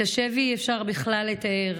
את השבי אי-אפשר בכלל לתאר.